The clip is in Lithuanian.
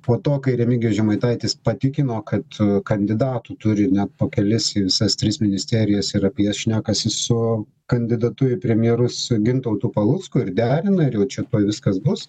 po to kai remigijus žemaitaitis patikino kad kandidatų turi net po kelis į visas tris ministerijas ir apie jas šnekasi su kandidatu į premjerus gintautu palucku ir derina ir jau čia viskas bus